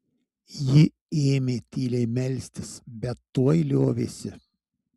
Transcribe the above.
ji ėmė tyliai melstis bet tuoj liovėsi